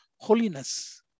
holiness